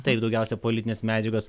taip daugiausia politinės medžiagos